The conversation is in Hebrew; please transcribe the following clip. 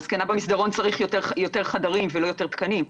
לזקנה במסדרון צריך יותר חדרים ולא יותר תקנים,